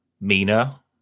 Mina